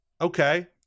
Okay